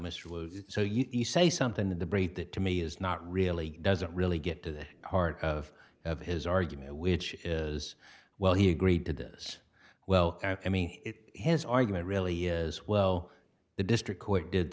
so you say something the debate that to me is not really doesn't really get to the heart of his argument which is well he agreed to this well i mean it his argument really is well the district court did